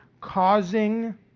causing